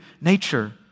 nature